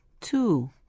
Two